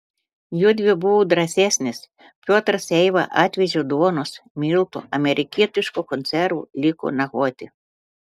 juodvi buvo drąsesnės piotras eiva atvežė duonos miltų amerikietiškų konservų liko nakvoti